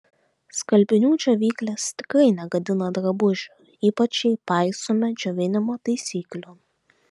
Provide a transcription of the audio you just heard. skalbinių džiovyklės tikrai negadina drabužių ypač jei paisome džiovinimo taisyklių